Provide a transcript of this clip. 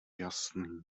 jasný